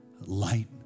light